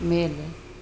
ಮೇಲೆ